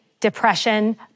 depression